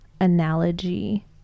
analogy